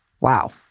Wow